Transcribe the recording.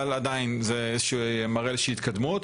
אבל עדיין זה מראה על איזושהי התקדמות.